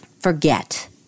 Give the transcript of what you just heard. forget